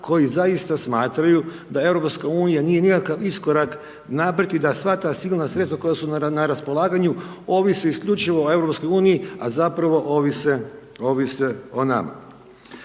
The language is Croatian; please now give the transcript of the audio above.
koji zaista smatraju da EU nije nikakav iskorak napraviti da sva ta sigurna sredstva koja su na raspolaganju ovisi isključivo o EU, a zapravo ovise o nama.